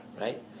right